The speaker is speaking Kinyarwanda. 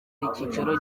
icyiraro